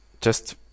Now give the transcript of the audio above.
Just-